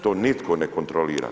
To nitko ne kontrolira.